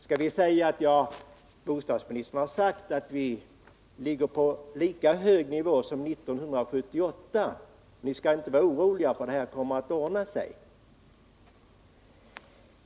Skall vi säga: Bostadsministern har sagt att vi har lika hög nivå som 1978, ni skall inte vara oroliga för det här kommer att ordna sig.